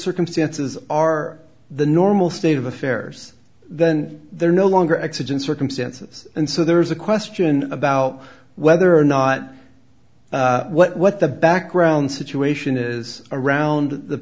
circumstances are the normal state of affairs then they're no longer exigent circumstances and so there is a question about whether or not what the background situation is around the